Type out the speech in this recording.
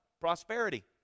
Prosperity